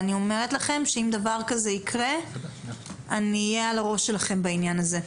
אני אומרת לכם שאם דבר כזה יקרה אני אהיה על הראש שלכם בעניין הזה.